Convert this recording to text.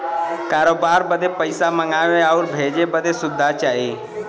करोबार बदे पइसा मंगावे आउर भेजे बदे सुविधा चाही